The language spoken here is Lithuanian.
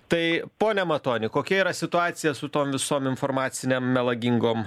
tai pone matoni kokia yra situacija su tom visom informacinėm melagingom